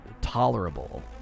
tolerable